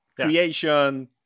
creation